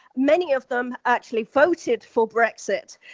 many of them actually voted for brexit,